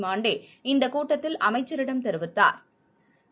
Monte இந்தகூட்டத்தில் அமைச்சரிடம் தெரிவித்தாா்